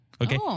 okay